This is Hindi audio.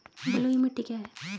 बलुई मिट्टी क्या है?